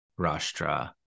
Rashtra